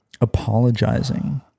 apologizing